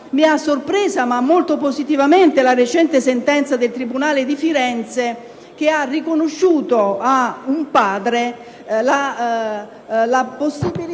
Mi ha sorpresa molto positivamente la recente sentenza del tribunale di Firenze che ha riconosciuto ad un padre la possibilità